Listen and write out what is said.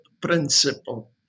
principle